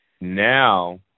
Now